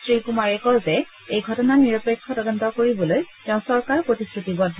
শ্ৰীকুমাৰে কয় যে এই ঘটনাৰ নিৰপেক্ষ তদন্ত কৰাবলৈ তেওঁৰ চৰকাৰ প্ৰতিশ্ৰুতিবদ্ধ